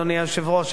אדוני היושב-ראש,